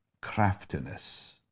craftiness